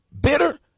bitter